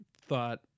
thought